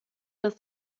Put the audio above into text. des